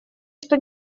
что